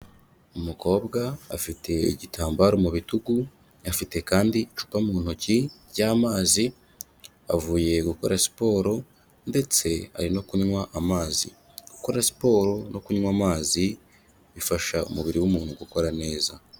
Umukobwa afite igitambaro mu bitugu, afite kandi icupa mu ntoki ry'amazi, avuye gukora siporo ndetse ari no kunywa amazi, gukora siporo no kunywa amazi bifasha umubiri w'umuntu gukora neza.